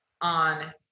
on